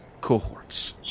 cohorts